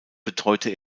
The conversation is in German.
betreute